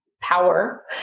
power